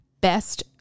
best